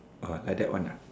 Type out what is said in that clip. uh like that one ah